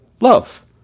love